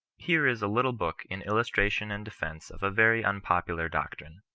here is a little book in illustration and defence of a very unpopular doctrine.